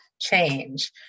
change